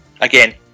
again